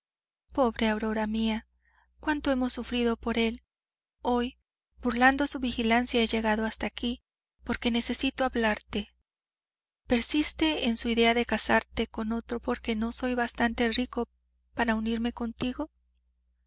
pobre aurora mía cuánto hemos sufrido por él hoy burlando su vigilancia he llegado hasta aquí porque necesito hablarte persiste en su idea de casarte con otro porque no soy bastante rico para unirme contigo